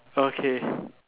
okay